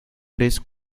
tres